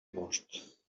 most